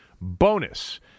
bonus